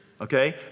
okay